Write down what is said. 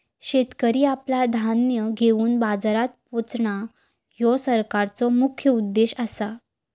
शेतकरी आपला धान्य घेवन बाजारात पोचणां, ह्यो सरकारचो मुख्य उद्देश आसा